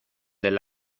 del